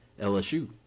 LSU